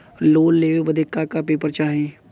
Loan लेवे बदे का का पेपर चाही?